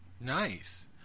Nice